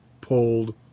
pulled